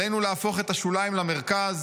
עלינו להפוך את השוליים למרכז